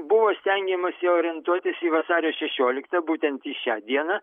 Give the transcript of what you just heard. buvo stengiamasi orientuotis į vasario šešioliktą būtent į šią dieną